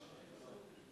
השנתי,